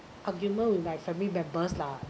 argument with my family members lah